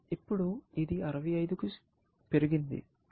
ఇప్పుడు ఇది 65 కి పెరిగింది